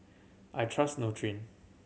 I trust Nutren